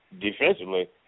defensively